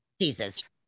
Jesus